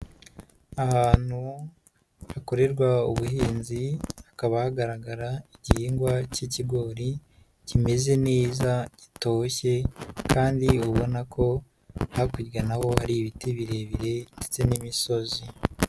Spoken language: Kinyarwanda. Ahantu hakorerwa ubuhinzi, hakaba hagaragara igihingwa cy'ikigori kimeze neza gitoshye kandi ubona ko hakurya n'aho hari ibiti birebire ndetse n'imisozi.